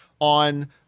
on